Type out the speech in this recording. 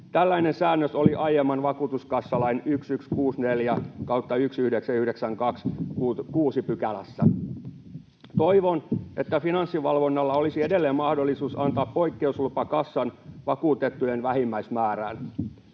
Tällainen säännös oli aiemman vakuutuskassalain 1164/1992 6 §:ssä. Toivon, että Finanssivalvonnalla olisi edelleen mahdollisuus antaa poikkeuslupa kassan vakuutettujen vähimmäismäärään.